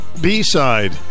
B-side